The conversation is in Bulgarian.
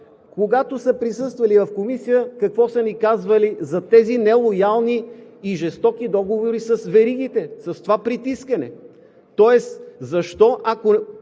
когато са присъствали в Комисията, какво са ни казвали за тези нелоялни и жестоки договори с веригите. Защото, ако